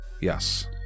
yes